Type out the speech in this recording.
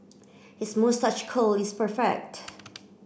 his moustache curl is perfect